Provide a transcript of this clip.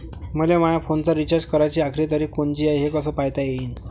मले माया फोनचा रिचार्ज कराची आखरी तारीख कोनची हाय, हे कस पायता येईन?